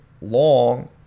long